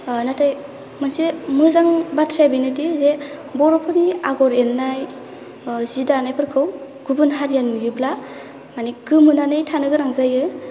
नाथाय मोनसे मोजां बाथ्राया बेनोदि जे बर'फोरनि आगर एरनाय जि दानायफोरखौ गुबुन हारिया नुयोब्ला माने गोमोनानै थानो गोनां जायो